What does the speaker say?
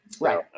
Right